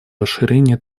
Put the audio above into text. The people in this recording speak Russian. расширении